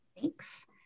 Thanks